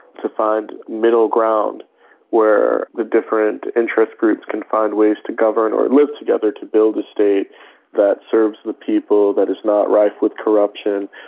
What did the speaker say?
to find middle ground where the different interest groups can find ways to govern or and live together to build a state that serves the people, that is not rife with corruption,